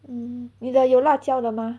mm 你的有辣椒的吗